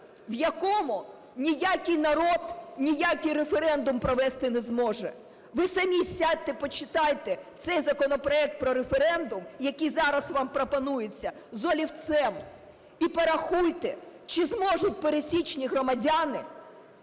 в якому ніякий народ ніякий референдум провести не зможе? Ви самі сядьте почитайте цей законопроект про референдум, який зараз вам пропонується, з олівцем і порахуйте чи зможуть пересічні громадяни